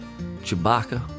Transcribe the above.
Chewbacca